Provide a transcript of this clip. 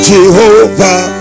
Jehovah